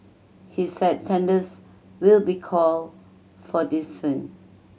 he said tenders will be called for this soon